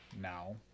now